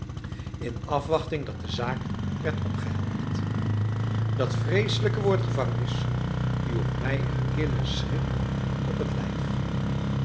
in afwachting dat de zaak werd opgehelderd dat vreeselijke woord gevangenis joeg mij een killen schrik op het lijf